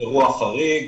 --- אירוע חריג,